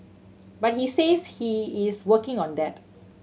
but he says he is working on that